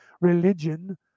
religion